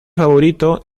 favorito